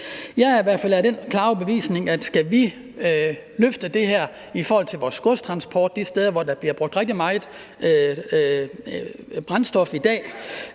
Jeg vil i hvert fald sige, at skal vi løfte det her i forhold til vores godstransport de steder, hvor der bliver brugt rigtig meget brændstof i dag,